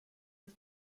das